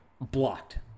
Blocked